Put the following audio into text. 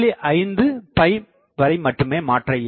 5 வரை மட்டுமே மாற்ற இயலும்